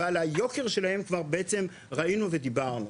ועל היוקר שלהם בעצם כבר ראינו ודיברנו?